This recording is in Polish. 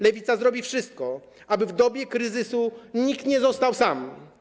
Lewica zrobi wszystko, aby w dobie kryzysu nikt nie został sam.